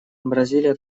бразилия